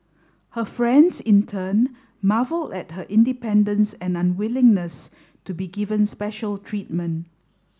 her friends in turn marvelled at her independence and unwillingness to be given special treatment